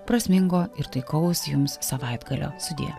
prasmingo ir taikaus jums savaitgalio sudie